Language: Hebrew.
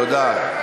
תודה.